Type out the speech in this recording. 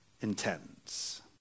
intends